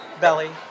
Belly